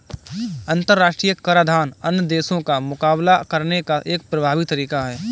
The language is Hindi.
अंतर्राष्ट्रीय कराधान अन्य देशों का मुकाबला करने का एक प्रभावी तरीका है